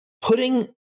putting